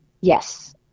Yes